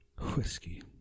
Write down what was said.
Whiskey